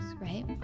right